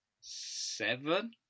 Seven